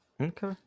Okay